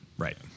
Right